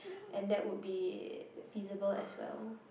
and that would be feasible as well